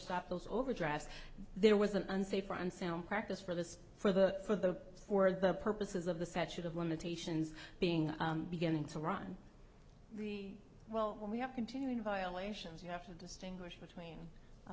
stop those overdraft there was an unsafe or unsound practice for the for the for the for the purposes of the statute of limitations being beginning to run really well when we have continuing violations you have to distinguish between a